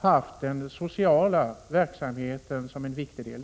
haft social verksamhet som en viktig del.